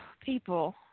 people